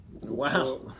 Wow